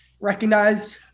recognized